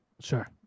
Sure